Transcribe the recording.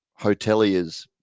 hoteliers